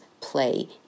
play